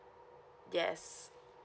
yes